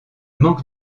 manque